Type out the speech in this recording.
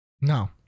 no